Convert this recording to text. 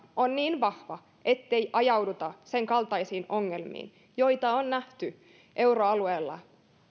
on oltava niin vahva ettei ajauduta sen kaltaisiin ongelmiin joita on nähty euroalueella